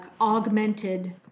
augmented